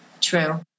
True